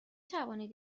توانید